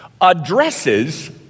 addresses